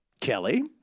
Kelly